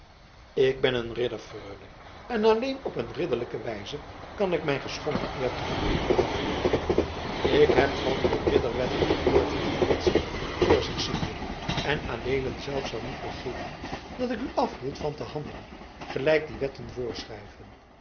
ik ben ridder freule en alleen op een ridderlijke wijze kan ik mijn geschonden eer terugbekomen ik heb van uw ridderwetten gehoord hernam madzy voor zich ziende en adeelen zelf zou niet begeeren dat ik u afhield van te handelen gelijk die wetten voorschrijven